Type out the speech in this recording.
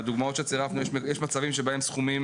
בדוגמאות שצירפנו יש מצבים שבהם סכומים